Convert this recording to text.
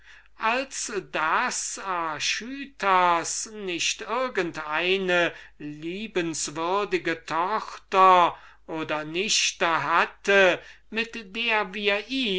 als daß archytas nicht irgend eine liebenswürdige tochter oder nichte hatte mit der wir ihn